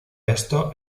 esto